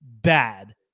bad